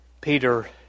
Peter